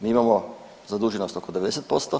Mi imamo zaduženost oko 90%